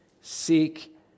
seek